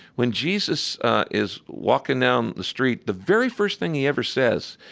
when jesus is walking down the street, the very first thing he ever says,